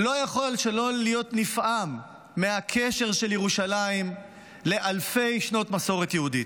לא יכול שלא להיות נפעם מהקשר של ירושלים לאלפי שנות מסורת יהודית.